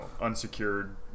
unsecured